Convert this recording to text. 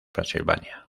pennsylvania